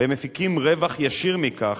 ומפיקים רווח ישיר מכך,